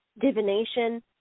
divination